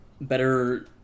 better